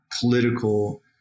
political